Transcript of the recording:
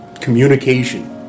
communication